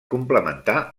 complementar